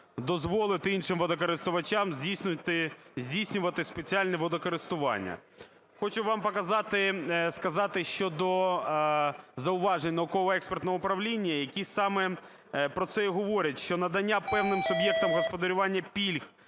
дозволити іншим водокористувачам здійснювати спеціальне водокористування. Хочу вам показати… сказати щодо зауважень науково-експертного управління, які саме про це і говорять, що надання певним суб'єктам господарювання пільг